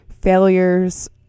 failures